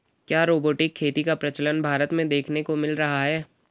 क्या रोबोटिक खेती का प्रचलन भारत में देखने को मिल रहा है?